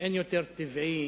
אין יותר טבעי